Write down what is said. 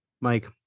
Mike